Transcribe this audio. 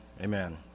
amen